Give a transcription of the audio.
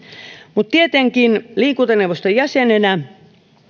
mutta tietenkin myös liikuntaneuvoston jäsenenä